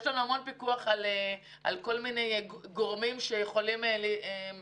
יש לנו המון פיקוח על כל מיני גורמים שיכולים לגרום